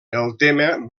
tema